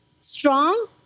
strong